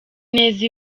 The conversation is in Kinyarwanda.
neza